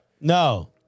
No